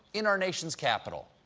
in our nation's capital.